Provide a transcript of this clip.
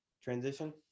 transition